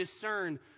discern